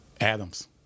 Adams